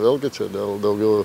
vėlgi čia dėl daugiau